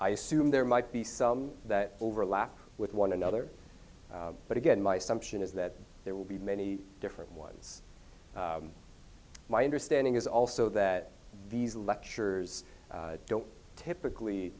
i assume there might be some that overlap with one another but again my assumption is that there will be many different ones my understanding is also that these lectures don't typically